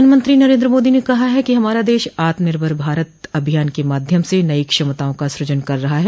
प्रधानमंत्री नरेन्द्र मोदी ने कहा है कि हमारा देश आत्मनिर्भर भारत अभियान के माध्यम से नई क्षमताओं का सूजन कर रहा है